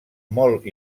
molt